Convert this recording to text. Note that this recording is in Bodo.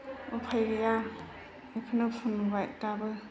उफाय गैया बेखौनो फुनबोबाय दाबो